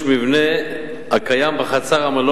לא, הרכבת תעבוד בשנה הקרובה.